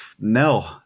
no